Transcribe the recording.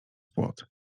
płot